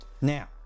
Now